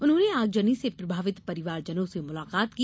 उन्होंने आगजनी से प्रभावित परिवारजनों से मुलाकात की